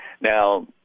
Now